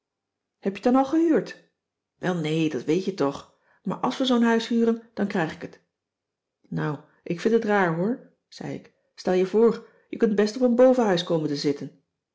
heb je t dan al gehuurd wel nee dat weet je toch maar àls we zoo'n huis huren dan krijg ik t nou ik vind het raar hoor zei ik stel je voor je kunt best op een bovenhuis komen te zitten